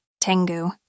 Tengu